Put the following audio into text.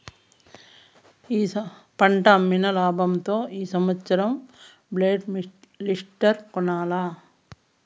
పంటమ్మిన లాబంతో ఈ సంవత్సరం బేల్ లిఫ్టర్ కొనాల్ల